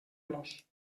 los